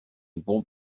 bob